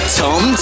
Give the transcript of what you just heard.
tom